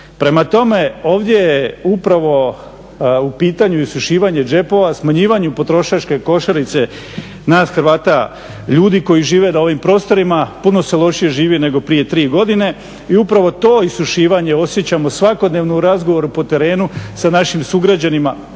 prema tome ovdje je upravo u pitanju isušivanje džepova, smanjivanju potrošačke košarice nas Hrvata, ljudi koji žive na ovim prostorima, puno se lošije živi nego prije 3 godine i upravo to isušivanje osjećamo svakodnevno u razgovoru po terenu sa našim sugrađanima,